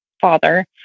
father